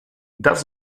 das